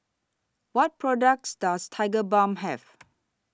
What products Does Tigerbalm Have